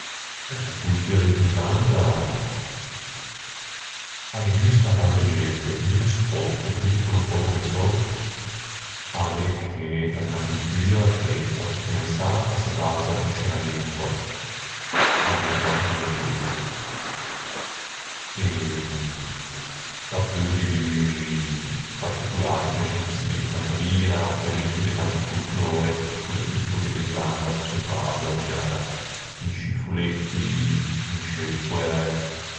Eh, a coltua de l'Irlanda a ghe gusta à tante gente. Mi ne sò pöco. Mi quello pöco che sò a l'é ch'a l'é unna coltua che tanto pe comensâ a se basa in sce unna lengua, a lengua irlandeise. Dapeu gh'é di uxi particolari, prexempio se beive tanta bira, ò prexempio gh'é tanto folklore ch'o l'é tipico de l'Irlanda, ch'o se basa magara in scî folletti, in scê foæ...